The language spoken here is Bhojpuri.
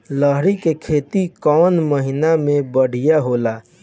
लहरी के खेती कौन महीना में बढ़िया होला?